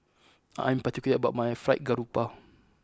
I am particular about my Fried Garoupa